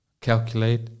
calculate